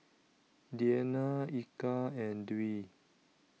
Diyana Eka and Dwi